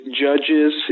judges